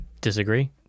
disagree